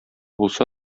булса